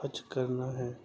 حج کرنا ہے